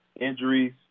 Injuries